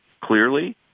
clearly